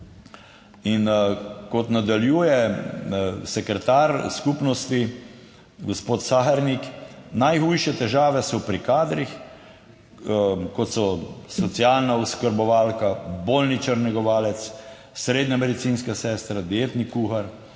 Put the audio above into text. In kot nadaljuje sekretar skupnosti, gospod Sahernik, najhujše težave so pri kadrih, kot so socialna oskrbovalka, bolničar negovalec, srednja medicinska sestra, dietni kuhar,